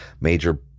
major